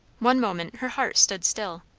one moment her heart stood still.